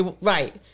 right